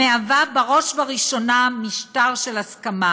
"מהווה בראש וראשונה משטר של הסכמה.